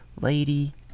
lady